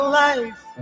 life